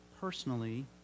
personally